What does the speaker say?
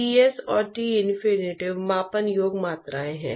क्योंकि ये दोनों समान ट्रांसपोर्ट प्रक्रियाएं हैं